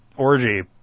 orgy